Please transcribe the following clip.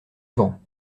vent